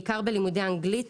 בעיקר בלימודי האנגלית